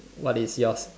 what is yours